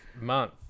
month